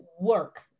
work